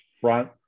front